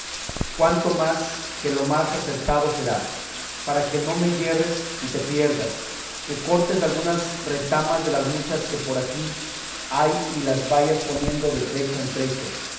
cuanto más que lo más acertado será para que no me yerres y te pierdas que cortes algunas retamas de las muchas que por aquí hay y las vayas poniendo de trecho a trecho